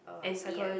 N_P one